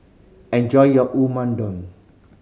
enjoy your Unadon